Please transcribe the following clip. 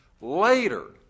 later